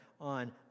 on